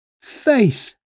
faith